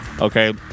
okay